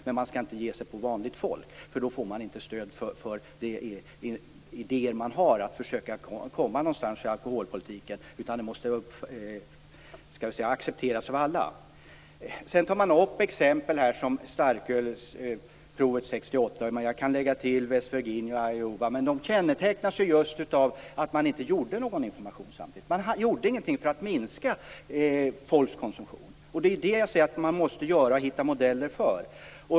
Man skall inte ge sig på vanligt folk, därför att då får man inte stöd för de idéer man har om att komma någonstans i alkoholpolitiken; den måste accepteras av alla. Sedan tar man upp exempel som starkölsprovet 1968, och jag kan lägga till West Virginia och Iowa. Men de exemplen kännetecknas just av att man inte gav någon information samtidigt, att man inte gjorde någonting för att minska folks konsumtion. Det är det jag säger att man måste göra och hitta modeller för.